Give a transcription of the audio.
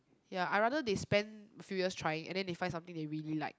ya I rather they spend a few years trying and then they find something they really like